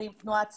ועם תנועת צבר.